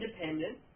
Independent